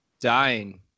Dying